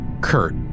Kurt